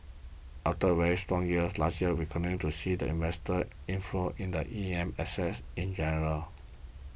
after a very strong years last year we continue to see the investor inflow in the E M assets in general